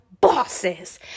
bosses